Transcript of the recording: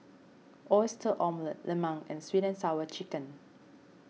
Oyster Omelette Lemang and Sweet Sour Chicken